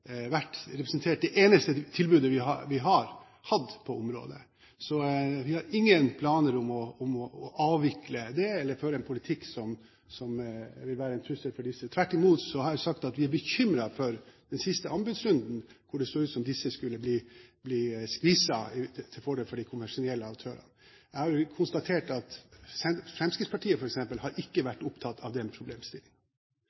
vært representert; de har vært det eneste tilbudet vi har hatt på dette området. Så vi har ingen planer om å avvikle det, eller føre en politikk som vil være en trussel for disse. Tvert imot har jeg sagt at vi er bekymret for den siste anbudsrunden, der det så ut som om disse skulle bli skviset ut til fordel for de kommersielle aktørene. Jeg har konstatert at f.eks. Fremskrittspartiet ikke har